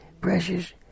Precious